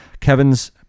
Kevin's